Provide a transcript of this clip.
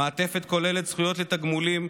המעטפת כוללת זכויות לתגמולים,